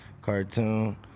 cartoon